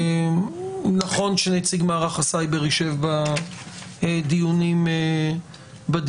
נכון שנציג מערך הסייבר ישב בדיונים כאן.